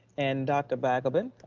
and dr. balgobin,